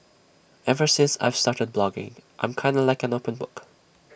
ever since I've started blogging I'm kinda like an open book